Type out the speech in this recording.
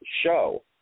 show